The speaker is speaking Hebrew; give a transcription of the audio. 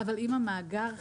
אבל אם המאגר חל,